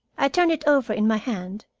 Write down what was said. i turned it over in my hand,